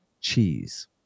cheese